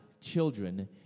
children